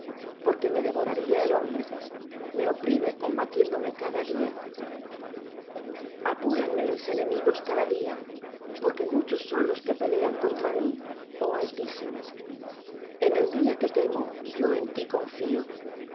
porque me devoraría el hombre me oprime combatiéndome cada día apúranme mis enemigos cada día porque muchos son los que pelean contra mí oh altísimo en el día que temo yo en ti confío